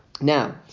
Now